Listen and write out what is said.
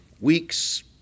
weeks